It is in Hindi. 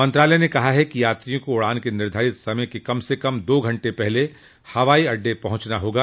मंत्रालय ने कहा है कि यात्रियों को उड़ान के निर्धारित समय के कम से कम दो घंटे पहले हवाई अड्डे पहुंचना होगा